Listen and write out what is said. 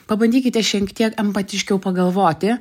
pabandykite šienk tiek empatiškiau pagalvoti